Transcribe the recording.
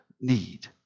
need